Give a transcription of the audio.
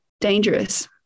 dangerous